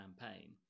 campaign